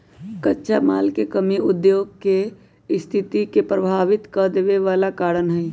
कच्चा माल के कमी उद्योग के सस्थिति के प्रभावित कदेवे बला कारण हई